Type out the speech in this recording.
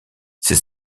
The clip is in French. ces